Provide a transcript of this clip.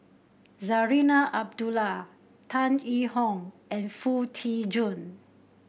Zarinah Abdullah Tan Yee Hong and Foo Tee Jun